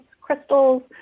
crystals